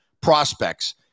prospects